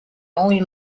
only